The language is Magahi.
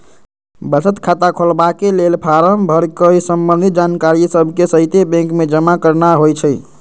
बचत खता खोलबाके लेल फारम भर कऽ संबंधित जानकारिय सभके सहिते बैंक में जमा करनाइ होइ छइ